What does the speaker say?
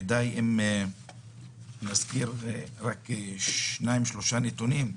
ודי אם נזכיר רק שניים שלושה נתונים,